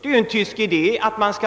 Det är en tysk idé att